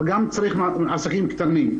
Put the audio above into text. אבל גם צריך עסקים קטנים,